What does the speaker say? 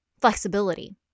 flexibility